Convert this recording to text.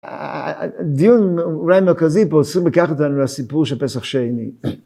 הדיון הרי מרכזי פה צריך לקחת אותנו לסיפור של פסח שני.